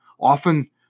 Often